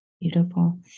Beautiful